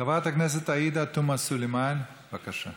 חברת הכנסת עאידה תומא סלימאן, בבקשה.